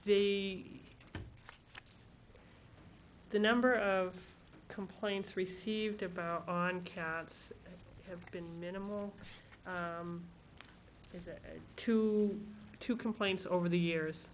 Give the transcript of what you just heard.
d the number of complaints received about on cats have been minimal is it to two complaints over the years